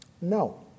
no